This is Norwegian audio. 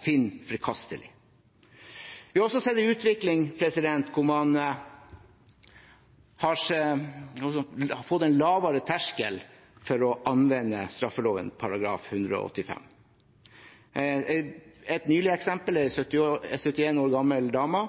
finner forkastelig. Vi har også sett en utvikling hvor man har fått en lavere terskel for å anvende straffeloven § 185. Et nylig eksempel er en 71 år gammel dame